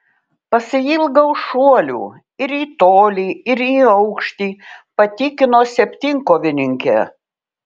pasiilgau šuolių ir į tolį ir į aukštį patikino septynkovininkė